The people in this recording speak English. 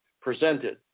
presented